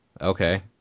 Okay